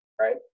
right